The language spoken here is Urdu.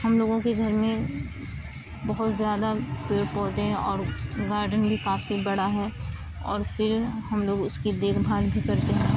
ہم لوگوں کے گھر میں بہت زیادہ پیڑ پودے ہیں اور گارڈن بھی کافی بڑا ہے اور پھر ہم لوگ اس کی دیکھ بھال بھی کرتے ہیں